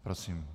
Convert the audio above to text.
Prosím.